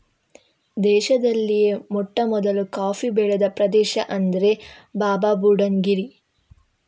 ದೇಶದಲ್ಲಿಯೇ ಮೊಟ್ಟಮೊದಲು ಕಾಫಿ ಬೆಳೆದ ಪ್ರದೇಶ ಅಂದ್ರೆ ಬಾಬಾಬುಡನ್ ಗಿರಿ